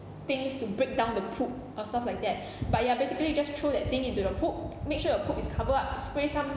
things to break down the poop or stuff like that but ya basically you just throw that thing into the poop make sure the poop is cover up spray some